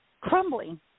crumbling